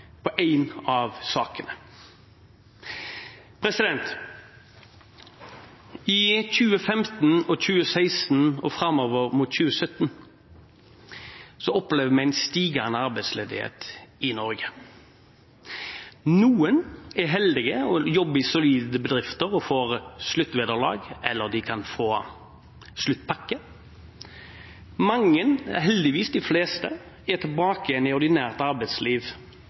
på et av punktene. I 2015, 2016 og framover mot 2017 opplever vi en stigende arbeidsledighet i Norge. Noen er heldige – jobber i solide bedrifter og får sluttvederlag, eller de kan få sluttpakke. Mange – heldigvis de fleste – er tilbake igjen i ordinært arbeidsliv